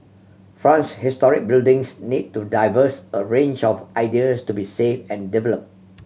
France historic buildings need to diverse a range of ideas to be save and develop